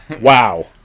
wow